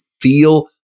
feel